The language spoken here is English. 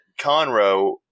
Conroe –